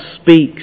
speaks